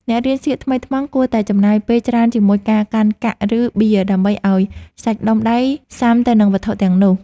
អ្នករៀនសៀកថ្មីថ្មោងគួរតែចំណាយពេលច្រើនជាមួយការកាន់កាក់ ឬ បៀ ដើម្បីឱ្យសាច់ដុំដៃស៊ាំទៅនឹងវត្ថុទាំងនោះ។